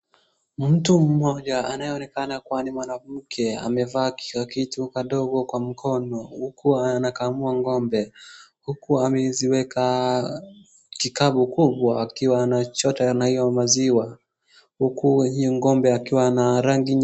Mtu mmoja anayeonekana kuwa ni mwanamke amevaa kakitu kadogo kwa mkono huku anakamua ng'ombe. Huku ameziweka kikapu kubwa akiwa anachota na hiyo maziwa. Huku hiyo ng'ombe akiwa na rangi nyekundu.